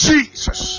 Jesus